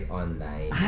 online